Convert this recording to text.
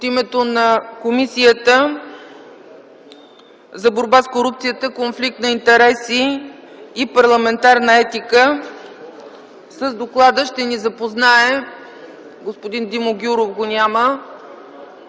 От името на Комисията за борба с корупцията, конфликт на интереси и парламентарна етика с доклада ще ни запознае господин Николай Коцев.